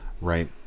right